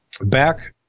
back